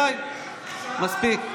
די, מספיק.